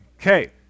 Okay